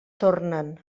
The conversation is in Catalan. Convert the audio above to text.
tornen